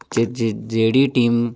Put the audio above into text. ਜਿਹੜੀ ਟੀਮ